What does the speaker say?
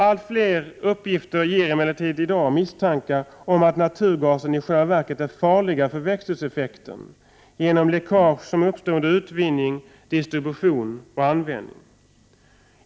Allt flera uppgifter ger emellertid i dag misstankar om att naturgasen i själva verket är farligare för växthuseffekten genom läckage som uppstår under utvinning, distribution och användning.